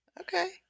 Okay